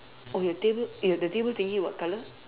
oh your table ya the table thingy what colour